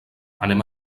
anem